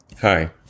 Hi